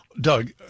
Doug